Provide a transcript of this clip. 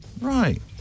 Right